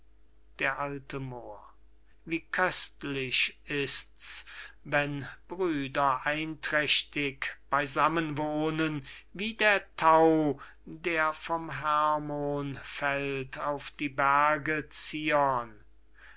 d a moor wie köstlich ist's wenn brüder einträchtig beysammen wohnen wie der thau der vom hermon fällt auf die berge zion